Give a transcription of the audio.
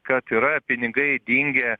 kad yra pinigai dingę